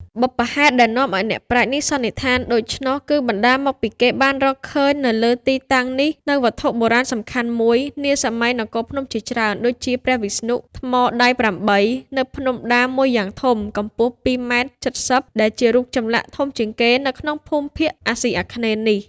បុព្វហេតុដែលនាំឱ្យអ្នកប្រាជ្ញនេះ សន្និដ្ឋានដូច្នោះ គឺបណ្តាលមកពីគេបានរក ឃើញនៅលើទីតាំងនេះ នូវវត្ថុបុរាណសំខាន់១ នាសម័យនគរភ្នំជាច្រើន ដូចជាព្រះវិស្ណុ ថ្មដៃ៨ នៅភ្នំដាមួយយ៉ាងធំ កំពស់ ២ម៉ែត្រ៧០ ដែលជារូបចម្លាក់ធំជាងគេក្នុងភូមិភាគ អាស៊ីអាគ្នេយ៍នេះ។